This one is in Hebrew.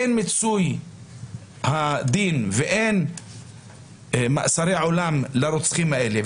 אין מיצוי הדין ואין מאסרי עולם לרוצחים האלה,